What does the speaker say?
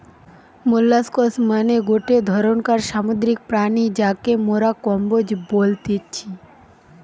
molluscs মানে গটে ধরণকার সামুদ্রিক প্রাণী যাকে মোরা কম্বোজ বলতেছি